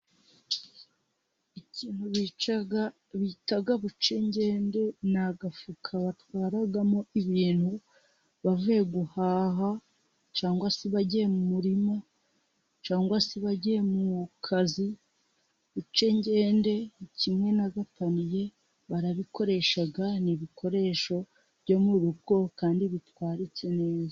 Ikintu bita buce ngende ni agafuka batwaramo, ibintu bavuye guhaha cyangwa se bajya mu murima cyangwa se bajya mu kazi, buce ngende kimwe n' agataniye barabikoresha ni ibikoresho byo mu rugo kandi bitwaritse neza.